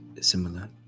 similar